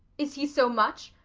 is he so much?